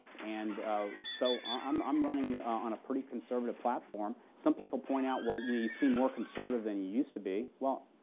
and so i'm i'm running on a pretty conservative platform. some people point out, well, you you seem more conservative than you used to be. well,